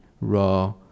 raw